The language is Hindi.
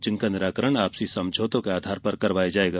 जिनका निराकरण आपसी समझौतों के आधार पर करवाया जायेगा